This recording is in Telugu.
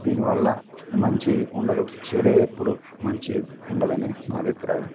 దీనివల్ల మంచి ఉండదు చెడే ఎప్పుడు మంచి ఉండదనే నా అభిప్రాయం